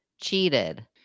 cheated